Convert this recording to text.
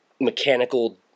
mechanical